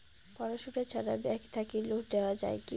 পড়াশুনা ছাড়া ব্যাংক থাকি লোন নেওয়া যায় কি?